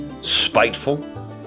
spiteful